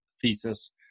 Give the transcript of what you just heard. thesis